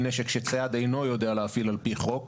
נשק שצייד אינו יודע להפעיל על פי חוק.